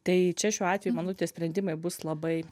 tai čia šiuo atveju manau tie sprendimai bus labai